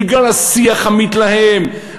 בגלל השיח המתלהם,